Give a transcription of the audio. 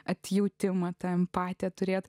atjautimą tą empatiją turėt